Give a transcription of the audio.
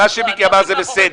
מה שמיקי אמר זה בסדר.